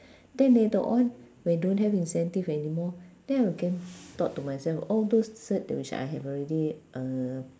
then later on when don't have incentive anymore then I can thought to myself all those cert which I have already uh